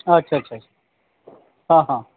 अच्छा अच्छा अच्छा हा हा